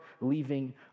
leaving